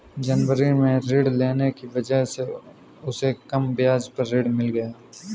जनवरी में ऋण लेने की वजह से उसे कम ब्याज पर ऋण मिल गया